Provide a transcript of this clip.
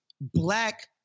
black